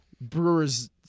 Brewers